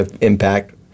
impact